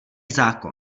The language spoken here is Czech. zákon